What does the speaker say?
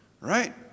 Right